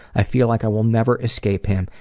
i feel like i will never escape him,